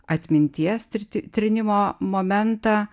atminties tirti trynimo momentą